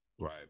Right